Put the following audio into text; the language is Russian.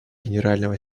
генерального